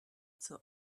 zur